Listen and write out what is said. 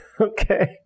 Okay